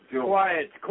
quiet